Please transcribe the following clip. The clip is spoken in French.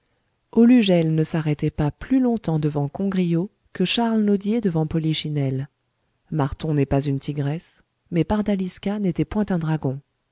aulu gelle ne s'arrêtait pas plus longtemps devant congrio que charles nodier devant polichinelle marton n'est pas une tigresse mais pardalisca n'était point un dragon